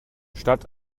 statt